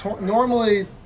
normally